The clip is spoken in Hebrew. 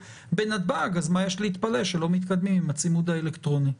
בנתב"ג אז מה יש להתפלא שלא מתקדמים עם הצימוד האלקטרוני.